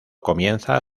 comienza